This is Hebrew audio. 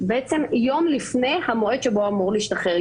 יום לפני המועד שבו הוא אמור להשתחרר,